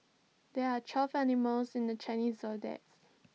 there are twelve animals in the Chinese Zodiac